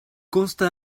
consta